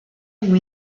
ont